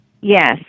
Yes